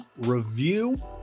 review